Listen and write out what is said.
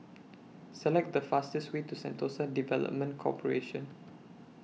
Select The fastest Way to Sentosa Development Corporation